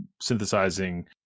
synthesizing